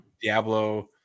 Diablo